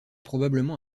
probablement